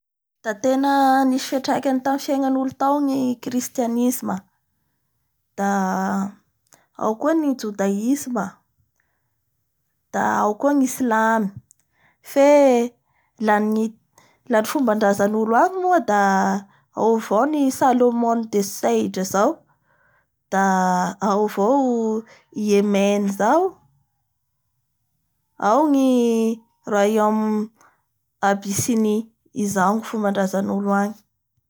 Da tena nisy fiatrekany tanatin'ny fiegnan'olo tao ny kristianisme da ao koa ny joudaisme da aoa koa ny Isamy fe la ny fombandrazan'olo agny moa da ao avao ny salomonne de sage zao da da ao avao i emène zao, ao ny royaume Abicini izao ny fombandrazan'olo angy.